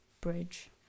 bridge